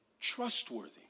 trustworthy